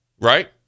right